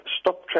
stop